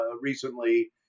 recently